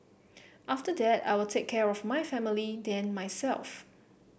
after that I'll take care of my family then myself